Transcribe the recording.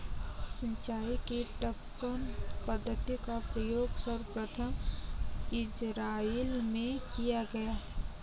सिंचाई की टपकन पद्धति का प्रयोग सर्वप्रथम इज़राइल में किया गया